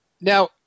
Now